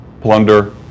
plunder